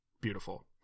beautiful